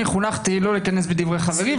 אני חונכתי לא להיכנס בדברי חברי -- סליחה.